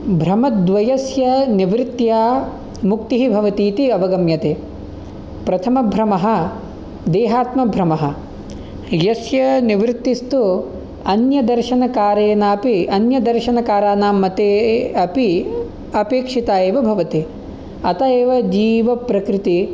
भ्रमद्वयस्य निवृत्त्या मुक्तिः भवति इति अवगम्यते प्रथम भ्रमः देहात्मभ्रमः यस्य निवृत्तिस्तु अन्यदर्शकारेणापि अन्यदर्शकाराणां मते अपि अपेक्षिता एव भवति अत एव जीवप्रकृति